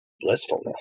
blissfulness